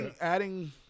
adding –